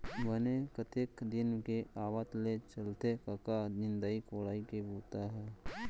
बने कतेक दिन के आवत ले चलथे कका निंदई कोड़ई के बूता ह?